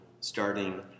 starting